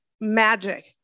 magic